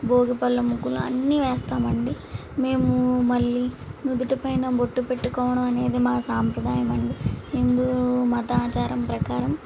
భోగి పళ్ల ముగ్గులు అన్నీ వేస్తామండి మేము మళ్ళీ నుదుటిపైన బొట్టు పెట్టుకోవడం అనేది మా సాంప్రదాయం అండి హిందూ మత ఆచారం ప్రకారం